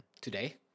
today